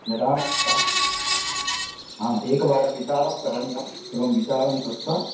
यदा एकवारं विचारं करणीयम् एवं विचारं कृत्वा